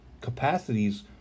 capacities